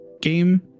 game